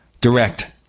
direct